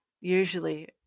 usually